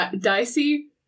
Dicey